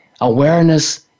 awareness